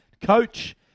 coach